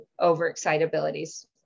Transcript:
overexcitabilities